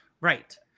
Right